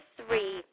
three